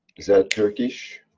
so turkish?